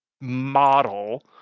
model